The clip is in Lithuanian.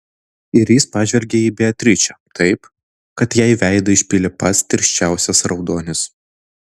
ir jis pažvelgė į beatričę taip kad jai veidą išpylė pats tirščiausias raudonis